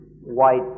white